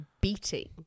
beating